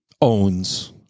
owns